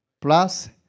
plus